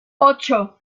ocho